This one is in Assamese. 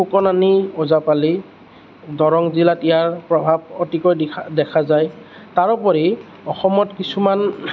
সুকনানী ওজাপালি দৰং জিলাত ইয়াৰ প্ৰভাৱ অতিকৈ দিখা দেখা যায় তাৰোপৰি অসমত কিছুমান